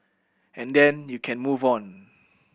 and then you can move on